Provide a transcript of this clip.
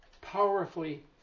powerfully